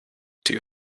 two